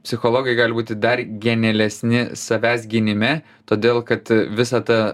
psichologai gali būti dar genialesni savęs gynime todėl kad visa ta